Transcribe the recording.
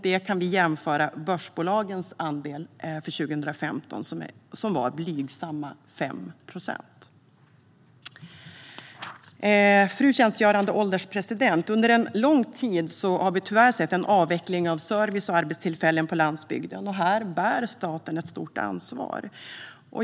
Detta kan jämföras med börsbolagens andel för 2015, som var blygsamma 5 procent. Fru ålderspresident! Under en lång tid har vi tyvärr sett en avveckling av service och arbetstillfällen på landsbygden, och här bär staten ett stort ansvar.